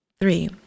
Three